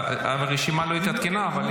אני